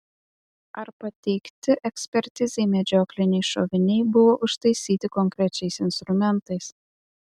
ar pateikti ekspertizei medžiokliniai šoviniai buvo užtaisyti konkrečiais instrumentais